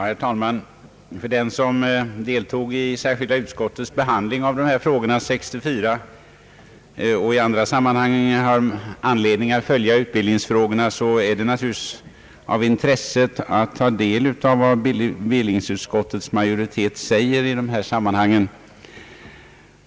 Herr talman! För den som deltog i särskilda utskottets behandling av dessa frågor år 1964 och i andra sammanhang har anledning att följa utbildningsfrågorna är det naturligtvis av intresse att ta del av vad bevillningsutskottets majoritet säger i sitt betänkande i år.